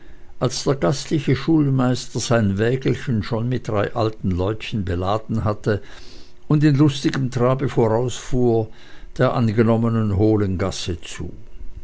als der gastliche schulmeister sein wägelchen schon mit drei alten leutchen beladen hatte und in lustigem trabe vorausfuhr der angenommenen hohlen gasse zu